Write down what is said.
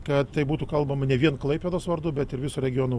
kad tai būtų kalbama ne vien klaipėdos vardu bet ir viso regiono